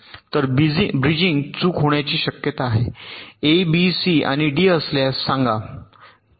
तर ब्रिजिंग चूक होण्याची शक्यता आहे ए बी सी आणि डी असल्यास सांगा तेथे